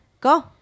Go